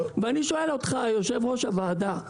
ואני שואל אותך יושב ראש הוועדה,